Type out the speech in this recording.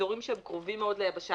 לאזורים שהם קרובים מאוד ליבשה.